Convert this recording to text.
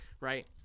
Right